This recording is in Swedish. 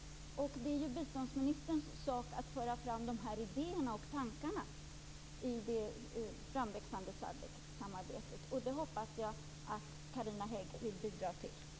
Det är biståndsministerns sak att föra fram de här idéerna och tankarna i det framväxande SADC samarbetet. Jag hoppas att Carina Hägg vill bidra till det.